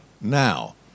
Now